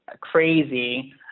crazy